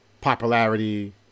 popularity